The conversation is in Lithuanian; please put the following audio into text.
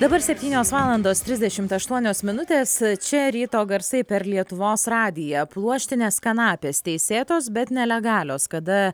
dabar septynios valandos trisdešimt aštuonios minutės čia ryto garsai per lietuvos radiją pluoštinės kanapės teisėtos bet nelegalios kada